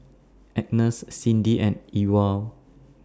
Ines Cindi and Ewald